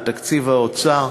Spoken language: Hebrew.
על תקציב האוצר,